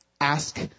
Ask